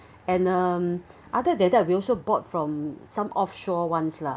and um other than that we also bought from some offshore ones lah